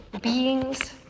beings